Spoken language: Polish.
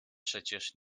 przecież